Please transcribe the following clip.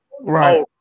Right